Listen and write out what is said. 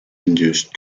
induced